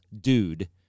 dude